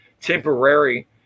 temporary